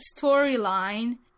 storyline